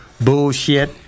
bullshit